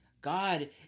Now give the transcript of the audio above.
God